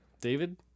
David